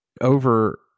over